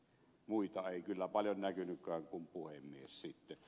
muita ei kyllä paljon näkynytkään kuin puhemies sitten